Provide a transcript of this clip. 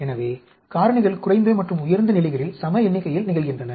எனவே காரணிகள் குறைந்த மற்றும் உயர்ந்த நிலைகளில் சம எண்ணிக்கையில் நிகழ்கின்றன